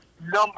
number